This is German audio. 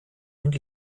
und